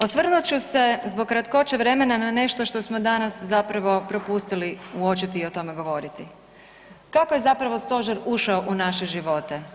Osvrnut ću se zbog kratkoće vremena na nešto što smo danas zapravo propustili uočiti i o tome govoriti, kako je zapravo stožer ušao u naše živote.